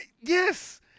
Yes